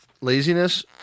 laziness